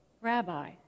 Rabbi